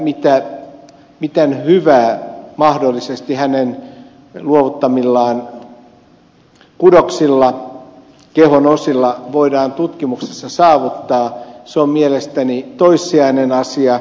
se mitä hyvää mahdollisesti hänen luovuttamillaan kudoksilla kehon osilla voidaan tutkimuksissa saavuttaa on mielestäni toissijainen asia